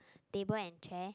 table and chair